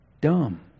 dumb